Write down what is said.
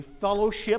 fellowship